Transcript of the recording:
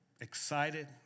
excited